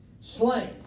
slain